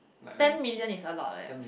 ten million is a lot leh